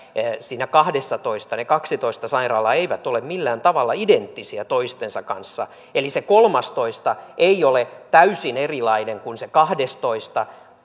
siinä kahdessatoista ne kaksitoista sairaalaa eivät ole millään tavalla identtisiä toistensa kanssa eli se kolmastoista ei ole täysin erilainen kuin se kahdestoista